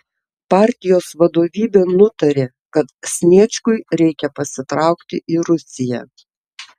partijos vadovybė nutarė kad sniečkui reikia pasitraukti į rusiją